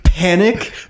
panic